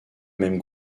même